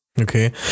Okay